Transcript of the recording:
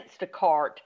Instacart